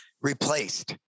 replaced